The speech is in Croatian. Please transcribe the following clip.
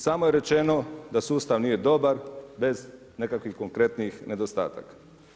Samo je rečeno da sustav nije dobar bez nekakvih konkretnih nedostataka.